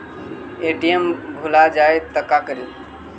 ATM भुला जाये त का करि?